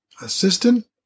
Assistant